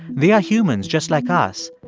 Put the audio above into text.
they are humans, just like us.